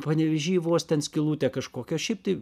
panevėžy vos ten skylutę kažkokią šiaip tai